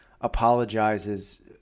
apologizes